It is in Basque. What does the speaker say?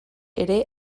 ere